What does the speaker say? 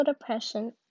depression